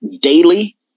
daily